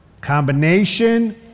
Combination